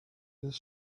his